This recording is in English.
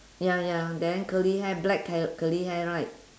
ya ya then curly hair black col~ curly hair right